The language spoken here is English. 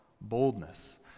boldness